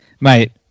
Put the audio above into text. mate